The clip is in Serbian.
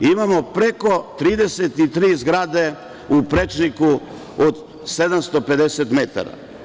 Imamo preko 33 zgrade u prečniku od 750 metara.